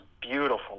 beautiful